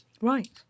Right